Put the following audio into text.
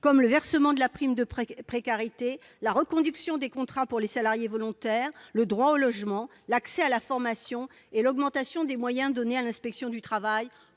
comme le versement de la prime de précarité, la reconduction des contrats pour les salariés volontaires, le droit au logement, l'accès à la formation et l'augmentation des moyens donnés à l'inspection du travail